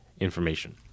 information